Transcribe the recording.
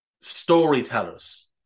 Storytellers